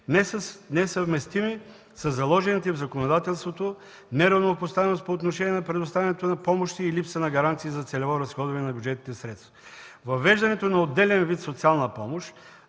несъвместими със заложените в законодателството, неравнопоставеност по отношение на предоставянето на помощи и липса на гаранции за целево разходване на бюджетните средства. Въвеждането на отделен вид социална помощ